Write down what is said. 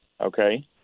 Okay